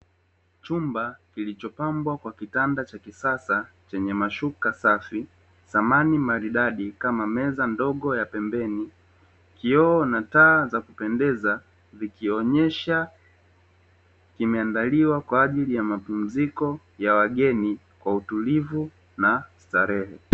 Chumba kilichopambwa kwa kitanda cha kisasa chenye mashuka safi thamani maridadi kama meza ndogo ya pembeni, kioo na taa za kupendeza zikionyesha kimeandaliwa kwa ajili ya mapumziko ya wageni wa utulivu na starehe.